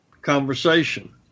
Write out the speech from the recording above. conversation